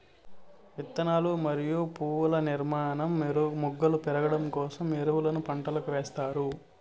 విత్తనాలు మరియు పువ్వుల నిర్మాణం, మొగ్గలు పెరగడం కోసం ఎరువులను పంటలకు ఎస్తారు